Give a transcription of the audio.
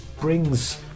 brings